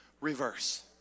reverse